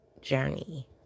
journey